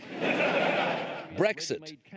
Brexit